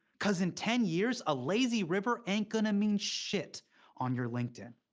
because in ten years, a lazy river ain't going to mean shit on your linkedin.